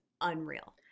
unreal